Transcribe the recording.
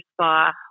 spa